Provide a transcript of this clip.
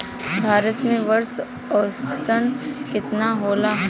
भारत में वर्षा औसतन केतना होला?